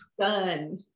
Done